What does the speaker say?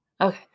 Okay